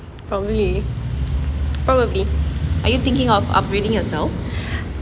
are you thinking of upgrading yourself